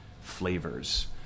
flavors